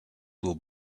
will